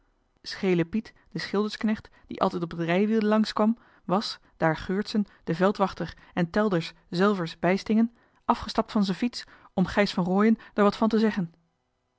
schele piet de schildersknecht die altijd op het rijwiel langs kwam was daar geurtsen de veldwachter en telders zelvers bijstingen afgestapt van z'e fiets om gijs van rooien d'er wat van te zeggen